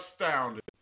astounded